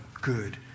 good